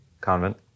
convent